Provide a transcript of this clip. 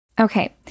Okay